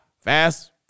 fast